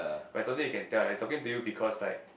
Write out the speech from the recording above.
but something you can tell like talking to you because like